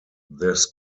this